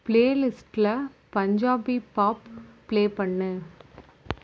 பிளேலிஸ்டில் Punjabi pop play பண்ணு